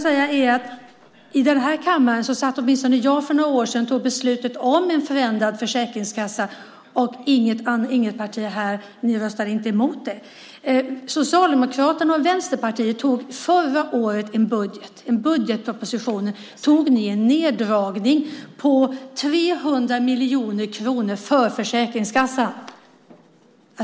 I den här kammaren satt åtminstone jag för några år sedan och fattade beslutet om en förändrad försäkringskassa, och ni röstade inte emot det. Socialdemokraterna och Vänsterpartiet antog i budgetpropositionen förra året en neddragning med 300 miljoner kronor för Försäkringskassan.